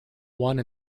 one